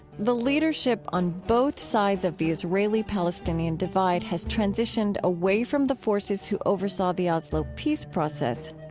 the leadership on both sides of the israeli-palestinian divide has transitioned away from the forces who oversaw the oslo peace process.